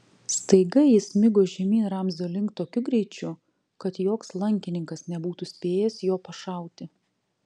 staiga jis smigo žemyn ramzio link tokiu greičiu kad joks lankininkas nebūtų spėjęs jo pašauti